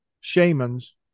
shamans